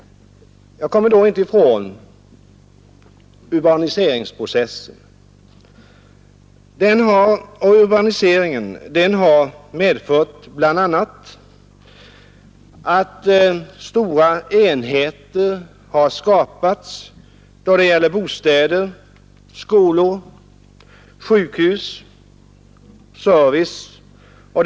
Jag kommer då inte ifrån urbaniseringsprocessen. Urbaniseringen har medfört bl.a. att stora enheter skapats då det gäller bostäder, skolor, sjukhus och service.